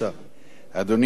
אדוני היושב-ראש,